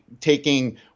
taking